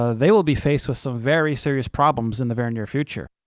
ah they will be faced with some very serious problems in the very near future,